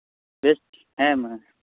ᱵᱮᱥ ᱦᱮᱸ ᱢᱟ